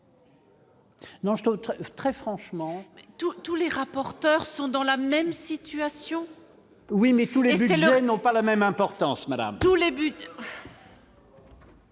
Non, je trouve très franchement. Tous, tous les rapporteurs sont dans la même situation, oui, mais tous les juges n'ont pas la même importance madame tous les buts.